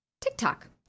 TikTok